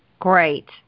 Great